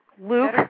Luke